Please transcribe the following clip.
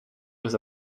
was